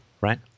right